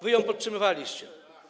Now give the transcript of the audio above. Wy ją podtrzymywaliście.